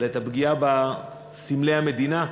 את הפגיעה בסמלי המדינה.